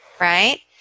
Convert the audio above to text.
right